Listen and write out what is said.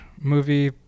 movie